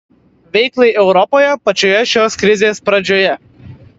veiklai europoje pačioje šios krizės pradžioje